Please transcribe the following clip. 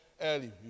early